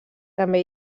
també